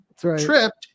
tripped